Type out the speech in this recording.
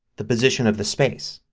the position of the space.